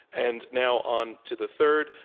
and now, on to the third.